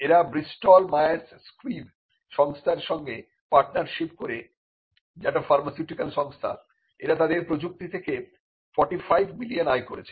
এরা Bristol Myers Squibb সংস্থার সঙ্গে পার্টনারশিপ করে যা একটি ফার্মাসিউটিক্যাল সংস্থা এরা তাদের প্রযুক্তি থেকে 45 মিলিয়ন আয় করেছে